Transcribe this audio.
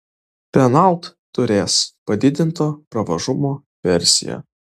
renault turės padidinto pravažumo versiją